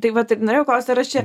tai vat ir norėjau klaust ar aš čia